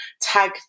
tag